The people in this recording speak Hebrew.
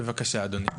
בבקשה, אדוני.